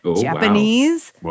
Japanese